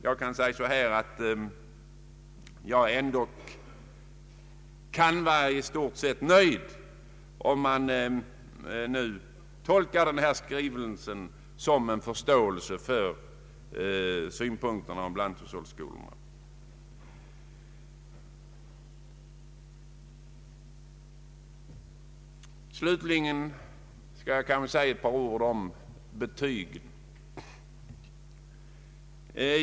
Jag kan ändå i stort sett vara nöjd om jag tolkar denna skrivning som en förståelse för synpunkterna om lanthushållsskolorna. Slutligen vill jag säga några ord om betygen.